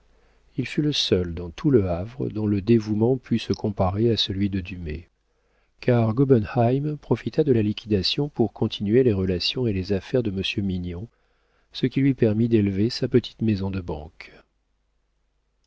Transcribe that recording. il fut le seul dans tout le havre dont le dévouement pût se comparer à celui de dumay car gobenheim profita de la liquidation pour continuer les relations et les affaires de monsieur mignon ce qui lui permit d'élever sa petite maison de banque